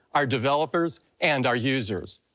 our developers and our users.